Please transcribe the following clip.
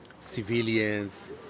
civilians